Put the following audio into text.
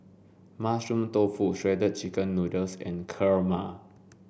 mushroom tofu shredded chicken noodles and Kurma